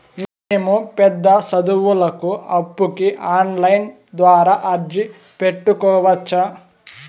మేము పెద్ద సదువులకు అప్పుకి ఆన్లైన్ ద్వారా అర్జీ పెట్టుకోవచ్చా?